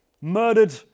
murdered